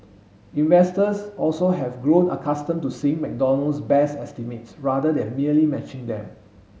investors also have grown accustomed to seeing McDonald's beat estimates rather than merely matching them